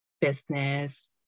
business